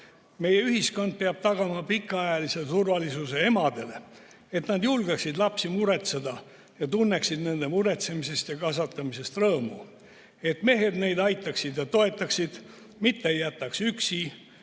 Meie ühiskond peab tagama pikaajalise turvalisuse emadele, et nad julgeksid lapsi muretseda ja tunneksid nende muretsemisest ja kasvatamisest rõõmu. Et mehed neid aitaksid ja toetaksid, mitte ei jätaks üksi,